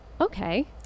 Okay